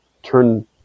Turn